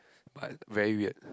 but very weird